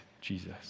Jesus